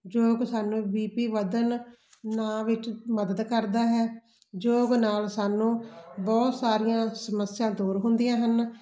ਯੋਗ ਸਾਨੂੰ B P ਵਧਣ ਨਾ ਵਿੱਚ ਮਦਦ ਕਰਦਾ ਹੈ ਯੋਗ ਨਾਲ ਸਾਨੂੰ ਬਹੁਤ ਸਾਰੀਆਂ ਸਮੱਸਿਆ ਦੂਰ ਹੁੰਦੀਆਂ ਹਨ